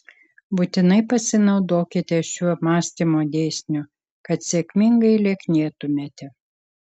būtinai pasinaudokite šiuo mąstymo dėsniu kad sėkmingai lieknėtumėte